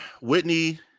Whitney